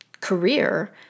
career